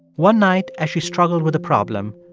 one night, as she struggled with a problem,